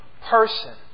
person